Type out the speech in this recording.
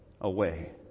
away